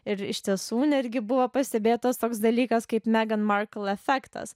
ir iš tiesų netgi buvo pastebėtas toks dalykas kaip megan markl efektas